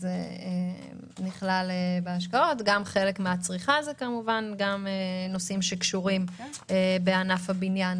גם חלק מן הצריכה זה נושאים שקשורים בענף הבנייה,